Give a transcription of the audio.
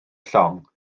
llong